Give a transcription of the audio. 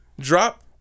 Drop